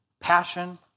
passion